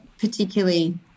particularly